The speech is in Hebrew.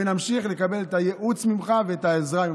ונמשיך לקבל את הייעוץ ממך ואת העזרה ממך.